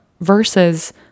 versus